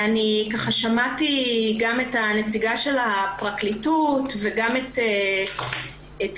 ואני ככה שמעתי גם את הנציגה של הפרקליטות וגם את גל.